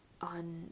on